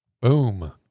Boom